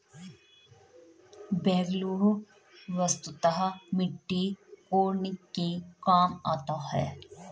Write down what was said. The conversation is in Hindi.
बेक्हो वस्तुतः मिट्टी कोड़ने के काम आता है